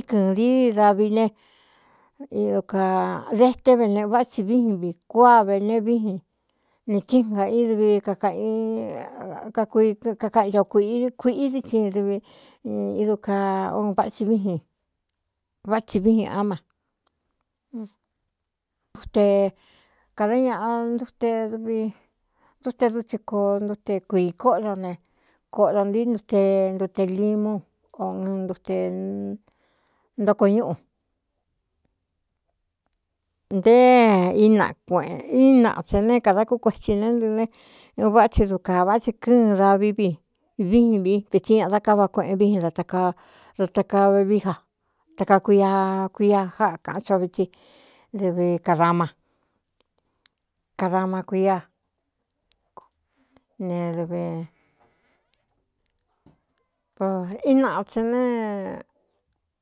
íkɨɨn diíi davi ne ddeté veneꞌu váꞌatsi víin vi kuáa vene víjin nī tɨn ga i dɨvi kikakaꞌin co kuꞌ kuīꞌi dií tsi v ídu kaa o váꞌsn vátsi víin á maekada ñaꞌa ntevindute dutsi koo ntute kuiī kóꞌdo ne koꞌdo ntɨí ntute ntute limú o nte ntoko ñúꞌu nté í natsen nē kādā kú kuetsi né ntɨɨ ne ɨn vá tsi du kāa vá tsi kɨ́ɨn davi vi víin vi vetsi ñaꞌa dá kává kueꞌen víin dá ada takavvií ja takakuia kuia jáꞌa kāꞌán ch o vitsi dɨvi adaakadaakuíanvnatsen ne.